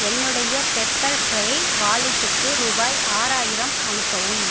என்னுடைய Pepperfry வாலெட்டுக்கு ரூபாய் ஆறாயிரம் அனுப்பவும்